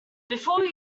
before